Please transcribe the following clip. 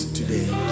today